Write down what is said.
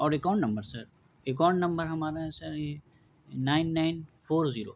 اور account number sir account number ہمارا ہے سر یہ نائن نائن فور زیرو